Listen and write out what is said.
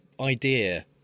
idea